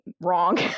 wrong